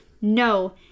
No